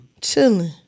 chilling